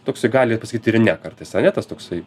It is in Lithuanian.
toksai gali pasakyt ir ne kartais ane tas toksai